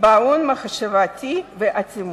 קיבעון מחשבתי ואטימות.